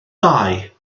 dau